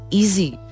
easy